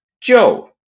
Joe